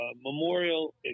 memorial